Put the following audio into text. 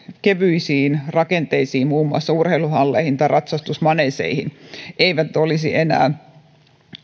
kevyisiin rakenteisiin muun muassa urheiluhalleihin tai ratsastusmaneeseihin eivät olisi enää